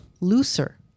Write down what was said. looser